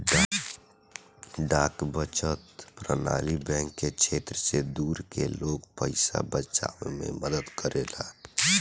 डाक बचत प्रणाली बैंक के क्षेत्र से दूर के लोग के पइसा बचावे में मदद करेला